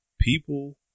People